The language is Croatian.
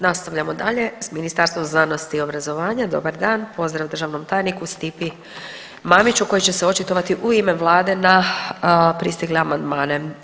Nastavljamo dalje s Ministarstvom znanosti i obrazovanja, dobar dan, pozdrav državnom tajniku Stipi Mamiću koji će se očitovati u ime vlade na pristigle amandmane.